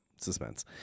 Suspense